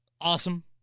Awesome